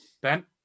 Ben